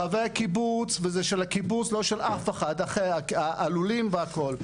חבר קיבוץ וזה של הקיבוץ לא של אף אחד אחר הלולים והכל.